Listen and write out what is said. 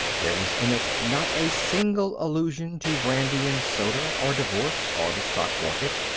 there was in it not a single allusion to brandy-and-soda, or divorce, or the stock market.